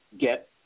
get